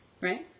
right